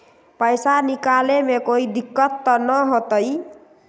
पैसा निकाले में कोई दिक्कत त न होतई?